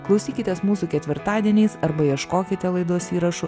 klausykitės mūsų ketvirtadieniais arba ieškokite laidos įrašų